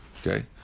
Okay